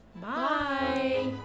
Bye